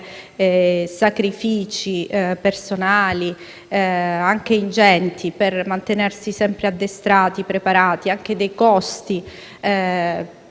sacrifici personali anche ingenti, per mantenersi sempre addestrati e preparati, costi